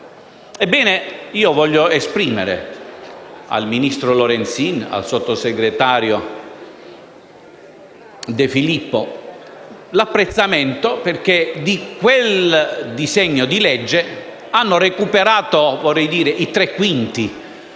Ebbene, io voglio esprimere al ministro Lorenzin e al sottosegretario De Filippo l'apprezzamento, perché di quel disegno di legge hanno recuperato i tre quinti;